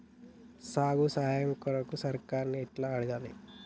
సాగుకు సాయం కొరకు సర్కారుని ఎట్ల అడగాలే?